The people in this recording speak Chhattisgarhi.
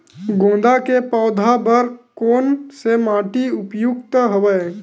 गेंदा के पौधा बर कोन से माटी उपयुक्त हवय?